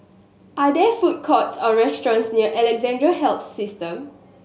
are there food courts or restaurants near Alexandra Health System